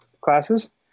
classes